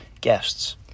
guests